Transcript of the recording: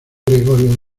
gregorio